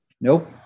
Nope